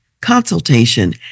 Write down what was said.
consultation